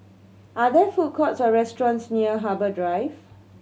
are there food courts or restaurants near Harbour Drive